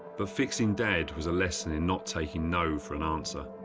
but fixing dad was a lesson in not taking no for an answer,